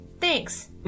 Thanks